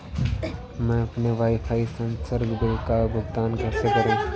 हम अपने वाईफाई संसर्ग बिल का भुगतान कैसे करें?